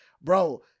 bro